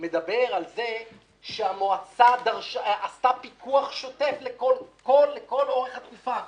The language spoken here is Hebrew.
מדבר על זה שהמועצה עשתה פיקוח שוטף לאורך כל התקופה,